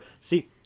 See